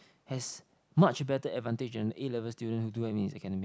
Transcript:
has much better advantage than A-level student who do well in his academic